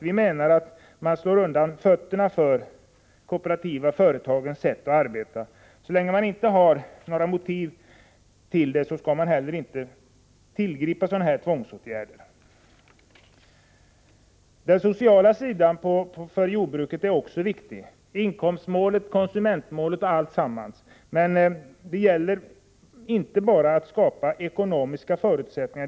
Vi menar att man då slår undan fötterna för de kooperativa företagen och deras sätt att arbeta. Så länge man inte har några motiv för det skall man heller inte tillgripa sådana här tvångsåtgärder. Den sociala sidan när det gäller jordbruket är också viktig — inkomstmålet, konsumentmålet etc. Men det gäller inte bara att skapa ekonomiska förutsättningar.